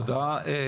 תודה רבה.